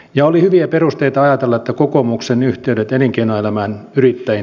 jo oli hyviä perusteita ajatella to kokoomuksen yhteydet elinkeinoelämään pyritään